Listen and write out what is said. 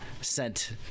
sent